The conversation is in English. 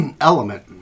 element